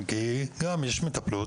יש מטפלת